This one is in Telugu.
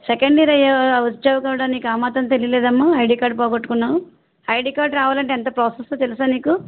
సెకండ్ ఇయర్ వచ్చావు కూడా నీకు ఆ మాత్రం తెలిలేదమ్మా ఐడీ కార్డు పోగొట్టుకున్నావు ఐడీ కార్డు రావాలంటే ఎంత ప్రోసెసో తెలుసా నీకు